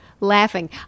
laughing